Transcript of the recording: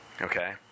okay